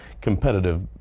competitive